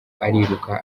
ariruka